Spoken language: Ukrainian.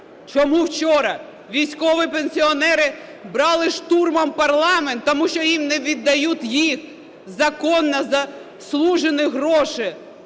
Чому вчора військові пенсіонери брали штурмом парламент? Тому що їм не віддають їх законні заслужені гроші